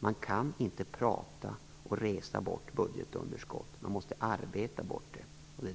Man kan inte prata bort och resa bort budgetunderskott, Karin Falkmer. Man måste arbeta bort det.